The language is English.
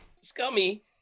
scummy